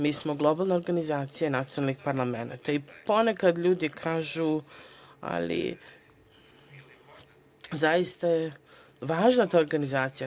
Mi smo globalna organizacija nacionalnih parlamenata i ponekad ljudi kažu da je zaista važna ta organizacija.